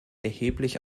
erheblich